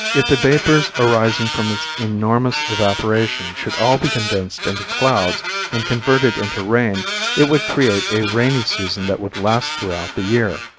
if the vapors arising from this enormous evaporation should all be condensed into clouds and converted into rain it would create a rainy season that would last throughout the year.